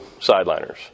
sideliners